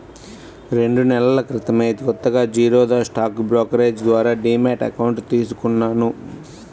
రెండు నెలల క్రితమే కొత్తగా జిరోదా స్టాక్ బ్రోకరేజీ ద్వారా డీమ్యాట్ అకౌంట్ తీసుకున్నాను